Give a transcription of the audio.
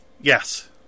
Yes